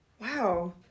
Wow